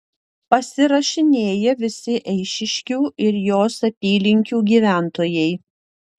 pasirašinėja visi eišiškių ir jos apylinkių gyventojai